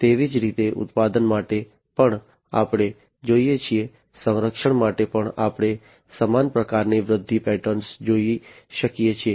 તેવી જ રીતે ઉત્પાદન માટે પણ આપણે જોઈએ છીએ સંરક્ષણ માટે પણ આપણે સમાન પ્રકારની વૃદ્ધિ પેટર્ન જોઈ શકીએ છીએ